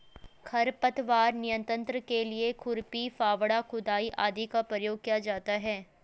खरपतवार नियंत्रण के लिए खुरपी, फावड़ा, खुदाई आदि का प्रयोग किया जाता है